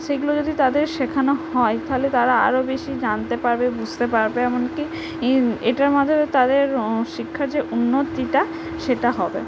সেগুলো যদি তাদের শেখানো হয় তাহলে তারা আরও বেশি জানতে পারবে বুঝতে পারবে এমনকি ই এটার মাধ্যমে তাদের শিক্ষার যে উন্নতিটা সেটা হবে